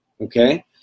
okay